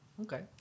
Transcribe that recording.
Okay